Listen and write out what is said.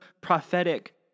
prophetic